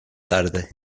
tarde